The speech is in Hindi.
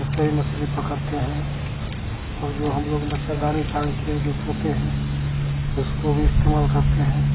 इससे ही मछली पकड़ते हैं और जो हम लोग मच्छरदानी टांग के जो सोते हैं उसको भी इस्तेमाल करते हैं